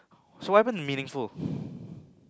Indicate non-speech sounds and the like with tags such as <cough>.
so what happened to meaningful <breath>